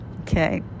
okay